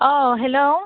औ हेलौ